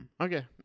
Okay